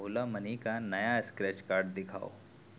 اولا money کا نیا scratch card دکھاؤ